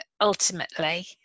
ultimately